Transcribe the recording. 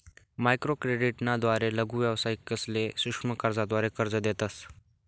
microcredit ना द्वारे लघु व्यावसायिकसले सूक्ष्म कर्जाद्वारे कर्ज देतस